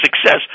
success